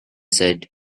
said